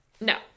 no